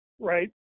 right